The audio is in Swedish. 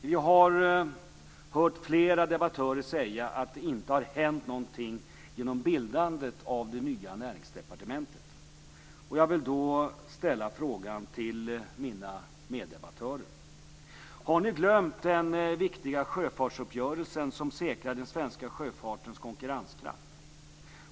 Vi har hört flera debattörer säga att det inte har hänt någonting genom bildandet av det nya Näringsdepartementet. Jag vill då fråga mina meddebattörer: Har ni glömt den viktiga sjöfartsuppgörelsen som säkrar den svenska sjöfartens konkurrenskraft?